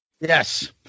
Yes